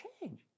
change